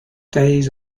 days